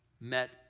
met